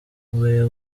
ukwiye